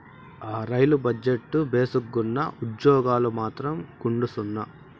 ఆ, rail budget భేసుగ్గున్నా, ఉజ్జోగాలు మాత్రం గుండుసున్నా